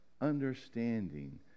understanding